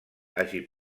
hagi